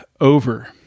over